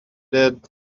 did